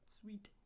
sweet